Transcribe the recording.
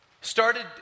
started